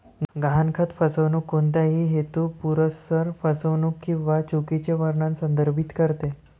गहाणखत फसवणूक कोणत्याही हेतुपुरस्सर फसवणूक किंवा चुकीचे वर्णन संदर्भित करते